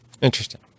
Interesting